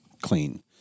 clean